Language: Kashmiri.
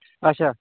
اچھا